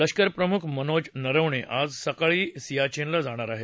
लष्कर प्रमुख मनोज नरवणे आज सकाळी सियाचेनला जाणार आहेत